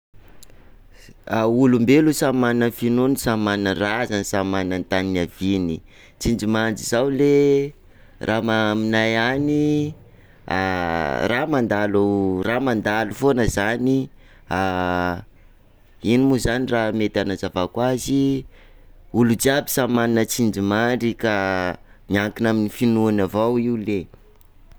Olombelo samy mana finoany samy razany, samy tany niaviany, tsindrimandry zao ley, raha ma- aminay any, raha mandalo, raha mandalo foana zany, ino zany raha mety hanazavako azy, olo jiaby samy manana tsindrimandry, ka miankina amin'ny finoany avao io ley.